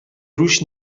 روش